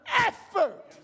effort